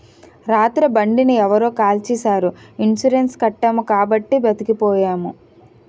రాత్రి బండిని ఎవరో కాల్చీసారు ఇన్సూరెన్సు కట్టాము కాబట్టి బతికిపోయాము